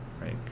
right